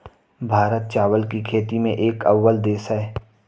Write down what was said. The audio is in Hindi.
भारत चावल की खेती में एक अव्वल देश है